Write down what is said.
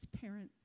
parents